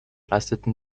leisteten